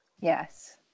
Yes